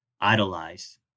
idolize